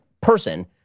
person